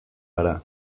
gara